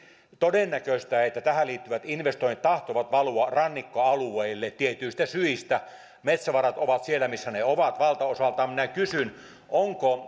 todennäköistä että tähän liittyvät investoinnit tahtovat valua rannikkoalueille tietyistä syistä metsävarat ovat siellä missä ne ovat valtaosaltaan minä kysyn onko